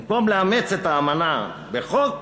במקום לאמץ את האמנה בחוק,